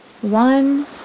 One